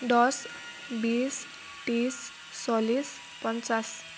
দহ বিশ ত্ৰিছ চল্লিছ পঞ্চাছ